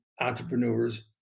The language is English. entrepreneurs